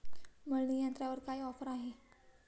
मळणी यंत्रावर काय ऑफर आहे?